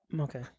Okay